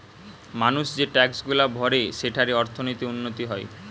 মানুষ যে ট্যাক্সগুলা ভরে সেঠারে অর্থনীতির উন্নতি হয়